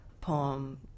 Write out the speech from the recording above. poem